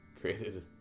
created